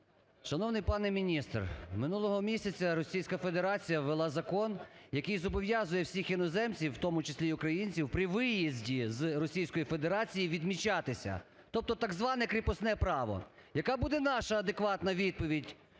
Шановний пане міністре, минулого місяця Російська Федерація ввела закон, який зобов'язує всіх іноземців, в тому числі і українців, при виїзді з Російської Федерації відмічатися. Тобто так зване кріпосне право. Яка буде наша адекватна відповідь